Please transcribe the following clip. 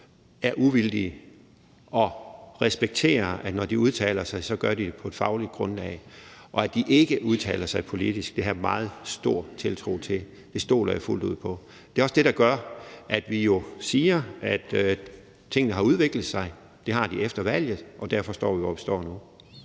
er uvildige, og respekterer, at når de udtaler sig, gør de det på et fagligt grundlag, og at de ikke udtaler sig politisk. Det har jeg meget stor tiltro til. Det stoler jeg fuldt ud på. Det er også det, der gør, at vi jo siger, at tingene har udviklet sig – det har de efter valget – og derfor står vi, hvor vi står nu.